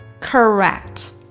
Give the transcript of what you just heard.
Correct